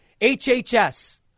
HHS